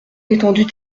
l’étendue